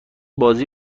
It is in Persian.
بازی